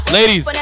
Ladies